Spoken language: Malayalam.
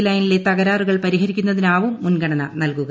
ക്കെനിലെ തകരാറുകൾ പരിഹരിക്കുന്നതിനാവും മുൻഗണന നൽകുക